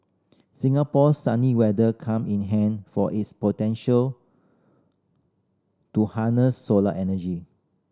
Singapore's sunny weather come in handy for its potential to harness solar energy